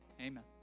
amen